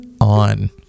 on